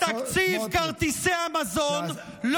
את תקציב כרטיסי המזון.